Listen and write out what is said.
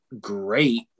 great